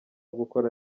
gukora